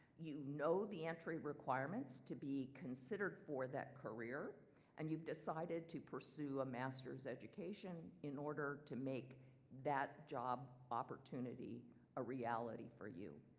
you know the entry requirements to be considered for that career and you've decided to pursue a master's education in order to make that job opportunity a reality for you.